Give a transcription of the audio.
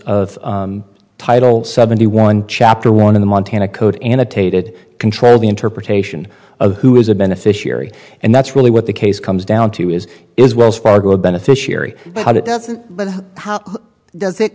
of title seventy one chapter one of the montana code annotated control the interpretation of who is a beneficiary and that's really what the case comes down to is is wells fargo a beneficiary but it doesn't but how does it